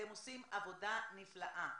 אתם עושים עבודה נפלאה,